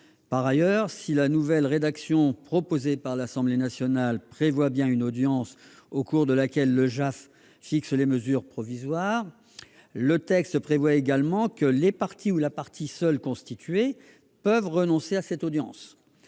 Par ailleurs, si la nouvelle rédaction proposée par l'Assemblée nationale prévoit bien une audience au cours de laquelle le JAF fixe les mesures provisoires, le texte prévoit également que « les parties ou la partie seule constituée » peuvent renoncer à cette audience.